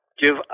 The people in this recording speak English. give